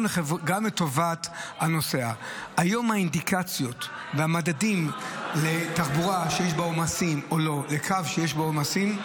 לא מדובר באנשים שעלו לתחבורה ציבורית או לרכבות בלי